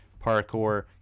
Parkour